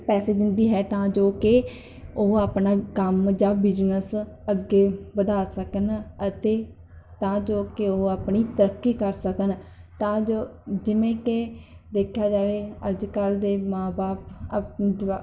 ਪੈਸੇ ਦਿੰਦੀ ਹੈ ਤਾਂ ਜੋ ਕਿ ਉਹ ਆਪਣਾ ਕੰਮ ਜਾਂ ਬਿਜਨਸ ਅੱਗੇ ਵਧਾ ਸਕਣ ਅਤੇ ਤਾਂ ਜੋ ਕਿ ਆਪਣੀ ਤਰੱਕੀ ਕਰ ਸਕਣ ਤਾਂ ਜੋ ਜਿਵੇਂ ਕਿ ਦੇਖਿਆ ਜਾਵੇ ਅੱਜ ਕੱਲ੍ਹ ਦੇ ਮਾਂ ਬਾਪ ਆਪ ਦੇ ਜਵਾਕ